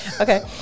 okay